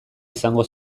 izango